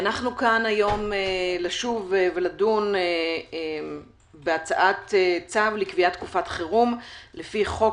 אנחנו כאן היום כדי לשוב ולדון בהארכת צו לקביעת תקופת חירום לפי חוק